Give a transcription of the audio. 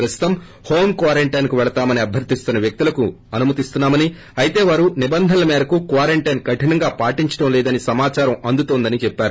ప్రస్తుతం home quarantine కు పెళతామని అభ్యరిస్తున్న వ్యక్తులకు అనుమతిస్తున్నామని అయితే వారు నిబంధనల మేరకు క్వార స్లెన్ కధనంగా పాటించడం లేదని సమాచారం అందుతుందని చెప్పారు